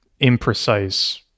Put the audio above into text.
imprecise